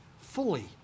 fully